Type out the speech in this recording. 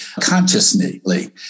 consciously